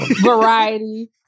Variety